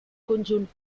conjunt